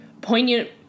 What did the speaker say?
poignant